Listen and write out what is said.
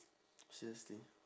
seriously